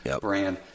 brand